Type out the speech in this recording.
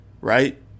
right